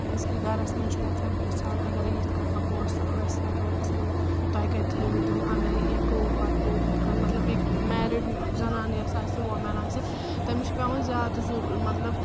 کیازِ کہِ گرس منٛز چھِ وتھان پرژھان اگرے یتھ کٲٹھۍ پونٛسہٕ ٲسۍ ایٚکونٛٹس منٛز تۄہہِ کتہِ تھٲیوٕ تِم اگرے یہِ گوٚو پتہٕ گوٚو ہُتھ کٔنۍ مطلب بییٚہِ میرِڈ زنان یۄسہٕ آسہِ وومیٚن آسہِ تٔمِس چھِ پیٚوان زیادٕ ضرو مطلب